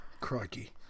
Crikey